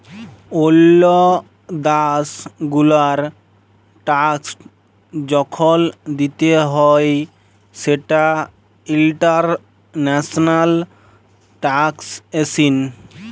ওল্লো দ্যাশ গুলার ট্যাক্স যখল দিতে হ্যয় সেটা ইন্টারন্যাশনাল ট্যাক্সএশিন